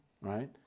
right